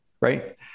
right